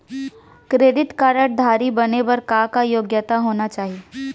Credit card धारी बने बर का का योग्यता होना चाही?